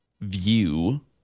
view